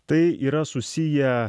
tai yra susiję